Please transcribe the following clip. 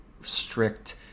strict